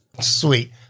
Sweet